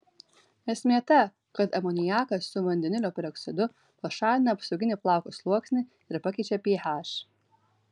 esmė ta kad amoniakas su vandenilio peroksidu pašalina apsauginį plauko sluoksnį ir pakeičia ph